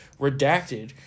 redacted